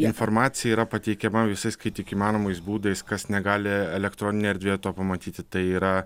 informacija yra pateikiama visais kaip tik įmanomais būdais kas negali elektroninėje erdvėje to pamatyti tai yra